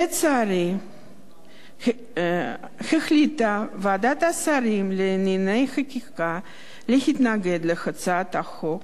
לצערי החליטה ועדת השרים לענייני חקיקה להתנגד להצעת החוק,